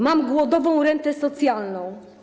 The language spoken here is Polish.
Mam głodową rentę socjalną.